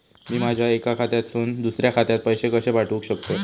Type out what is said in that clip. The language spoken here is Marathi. मी माझ्या एक्या खात्यासून दुसऱ्या खात्यात पैसे कशे पाठउक शकतय?